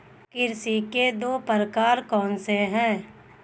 कृषि के दो प्रकार कौन से हैं?